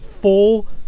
full